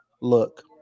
Look